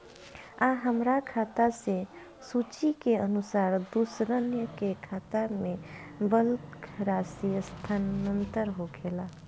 आ हमरा खाता से सूची के अनुसार दूसरन के खाता में बल्क राशि स्थानान्तर होखेला?